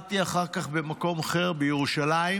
שירתי אחר כך במקום אחר בירושלים,